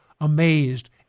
amazed